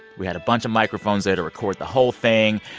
we had a bunch of microphones there to record the whole thing.